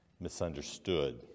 misunderstood